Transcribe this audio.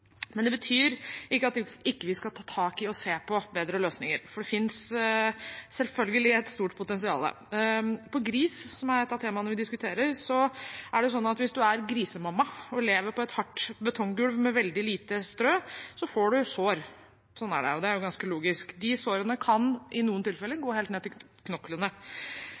løsninger, for det finnes selvfølgelig et stort potensial. Når det gjelder gris, som er et av temaene vi diskuterer, er det sånn at hvis man er grisemamma og lever på et hardt betonggulv med veldig lite strø, får man sår. Sånn er det, og det er jo ganske logisk. De sårene kan i noen tilfeller gå helt ned til knoklene.